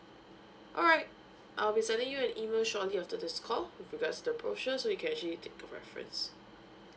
alright I'll be sending you an email shortly after this call with regards to the brochure so you can actually take a reference